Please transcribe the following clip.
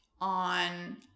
on